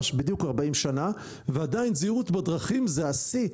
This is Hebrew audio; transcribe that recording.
בדיוק 40 שנה, ועדיין זהירות בדרכים זה השיא.